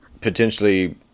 potentially